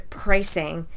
pricing